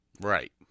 Right